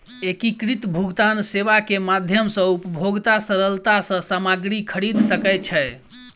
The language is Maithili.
एकीकृत भुगतान सेवा के माध्यम सॅ उपभोगता सरलता सॅ सामग्री खरीद सकै छै